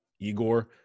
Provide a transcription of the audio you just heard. Igor